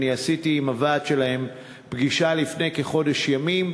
אני נפגשתי עם הוועד שלהם לפני כחודש ימים.